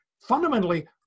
fundamentally